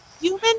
human